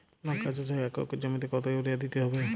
লংকা চাষে এক একর জমিতে কতো ইউরিয়া দিতে হবে?